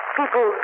people